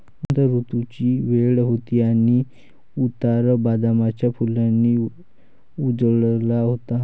वसंत ऋतूची वेळ होती आणि उतार बदामाच्या फुलांनी उजळला होता